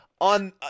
On